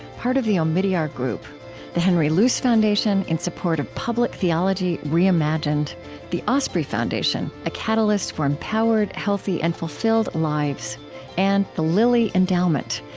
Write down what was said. part of the omidyar group the henry luce foundation, in support of public theology reimagined the osprey foundation a catalyst for empowered, healthy, and fulfilled lives and the lilly endowment,